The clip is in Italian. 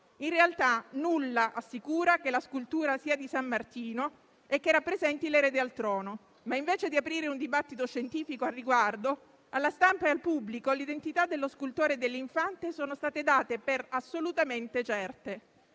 In realtà, nulla assicura che la scultura sia di Sammartino e che rappresenti l'erede al trono. Ma, invece di aprire un dibattito scientifico al riguardo, alla stampa e al pubblico l'identità dello scultore e dell'infante sono state date per assolutamente certe.